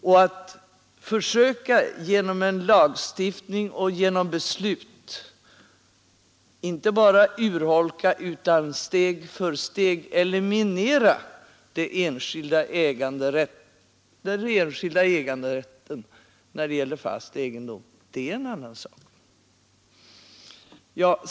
Men att genom lagstiftning och beslut inte bara urholka utan steg för steg eliminera den enskilda äganderätten när det gäller fast egendom är en annan sak.